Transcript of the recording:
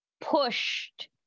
pushed